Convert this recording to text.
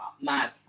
mad